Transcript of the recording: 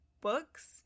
books